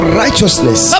righteousness